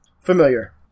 familiar